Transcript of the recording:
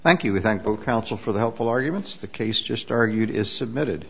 thank you thank both counsel for the helpful arguments the case just argued is submitted